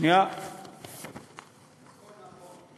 הכול נכון.